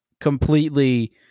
completely